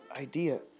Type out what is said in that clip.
idea